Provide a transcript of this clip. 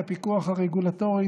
את הפיקוח הרגולטורי,